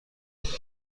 حفظ